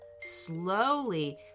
Slowly